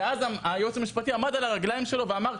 ואז היועץ המשפטי עמד על הרגליים שלו ואמר,